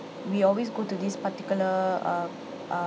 we always go to this particular um um